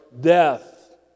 death